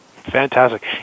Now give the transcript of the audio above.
Fantastic